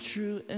True